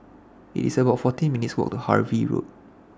It's about fourteen minutes' Walk to Harvey Road